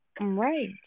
Right